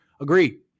Agree